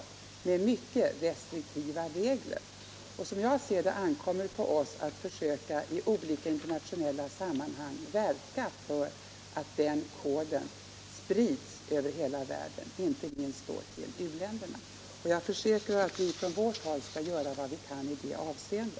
Reglerna är mycket restriktiva. Som jag ser det ankommer det på oss att i olika internationella sammanhang försöka verka för att den koden sprids över hela världen, inte minst då till u-länderna. Jag försäkrar att vi från vårt håll skall göra vad vi kan i detta avseende.